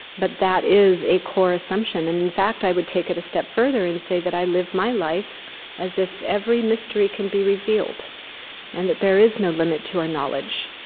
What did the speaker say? but that is a core assumption. and in fact, i would take it a step further and say that i live my life as if every mystery can be revealed and that there is no limit to our knowledge.